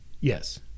Yes